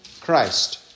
Christ